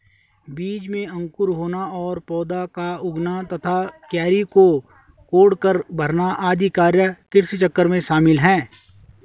बीज में अंकुर होना और पौधा का उगना तथा क्यारी को कोड़कर भरना आदि कार्य कृषिचक्र में शामिल है